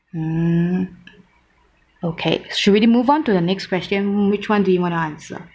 um okay should we move on to the next question which [one] do you want answer